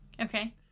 Okay